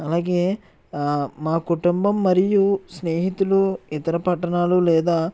అలాగే మా కుటుంబం మరియు స్నేహితులు ఇతర పట్టణాలు లేదా